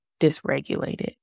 dysregulated